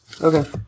Okay